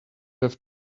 have